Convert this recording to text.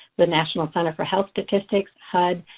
the national center for health statistics, hud,